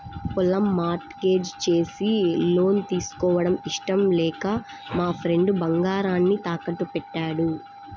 పొలం mortgage చేసి loan తీసుకోవడం ఇష్టం లేక మా ఫ్రెండు బంగారాన్ని తాకట్టుబెట్టాడు